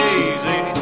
easy